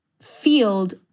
field